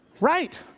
Right